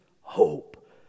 hope